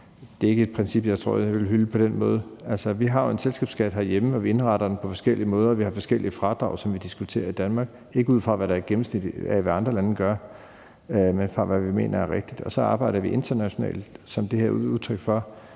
Det er ikke et princip, jeg tror jeg vil hylde på den måde. Altså, vi har jo en selskabsskat herhjemme, og vi indretter den på forskellige måder, og vi har forskellige fradrag, som vi diskuterer i Danmark, ikke ud fra, hvad der er et gennemsnit af, hvad andre lande gør, men ud fra, hvad vi mener er rigtigt. Og så arbejder vi internationalt, som det her er et udtryk for.